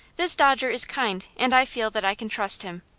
this dodger is kind, and i feel that i can trust him.